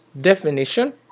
definition